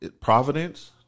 Providence